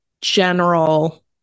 general